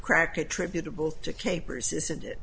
crack attributable to capers isn't it